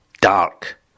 Dark